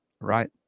right